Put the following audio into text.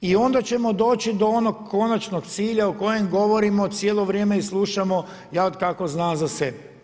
I onda ćemo doći do onoga konačnog cilja u kojem govorimo cijelo vrijeme i slušamo ja otkako znam za sebe.